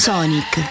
Sonic